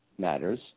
Matters